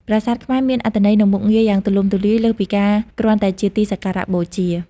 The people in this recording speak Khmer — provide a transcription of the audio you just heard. ប្រាសាទខ្មែរមានអត្ថន័យ និងមុខងារយ៉ាងទូលំទូលាយ លើសពីការគ្រាន់តែជាទីសក្ការៈបូជា។